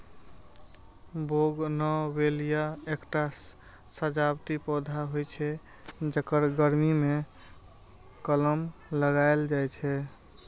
bougainvillea एकटा सजावटी पौधा होइ छै, जेकर गर्मी मे कलम लगाएल जाइ छै